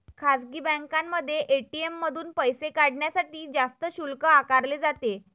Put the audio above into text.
खासगी बँकांमध्ये ए.टी.एम मधून पैसे काढण्यासाठी जास्त शुल्क आकारले जाते